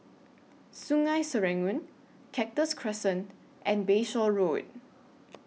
Sungei Serangoon Cactus Crescent and Bayshore Road